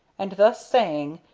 and, thus saying,